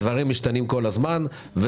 הדברים משתנים כל הזמן.